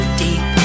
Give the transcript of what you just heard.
deep